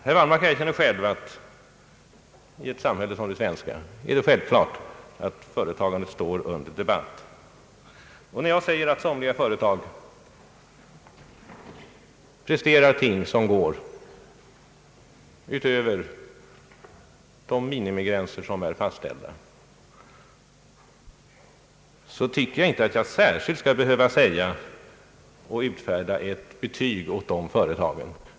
Herr Wallmark erkänner själv att det i ett samhälle som det svenska är självklart att företagandet står under debatt. När jag säger att somliga företag presterar ting som går utöver de minimigränser som är fastställda, tycker jag inte att jag särskilt skall behöva utfärda ett betyg åt dessa företag.